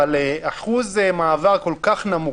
כי אחוז מעבר כל כך נמוך,